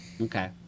okay